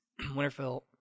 Winterfell